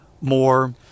more